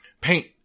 paint